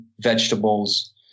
vegetables